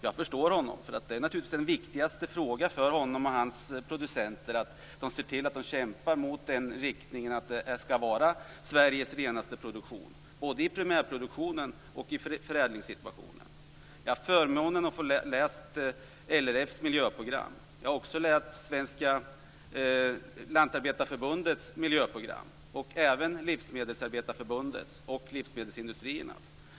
Jag förstår honom, för det är naturligtvis den viktigaste frågan för honom och hans producenter att se till att de kämpar mot riktningen att ha Sveriges renaste produktion, både i primärproduktionen och i förädlingssituationen. Jag har läst LRF:s miljörprogram, och jag har läst Livsmedelsarbetarförbundets och Livsmedelsindustriernas program.